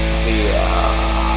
Sphere